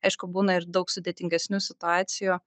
aišku būna ir daug sudėtingesnių situacijų